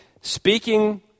speaking